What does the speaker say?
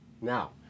Now